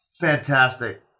fantastic